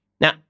Now